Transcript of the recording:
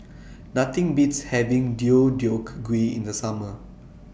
Nothing Beats having Deodeok Gui in The Summer